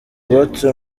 wubatse